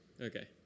Okay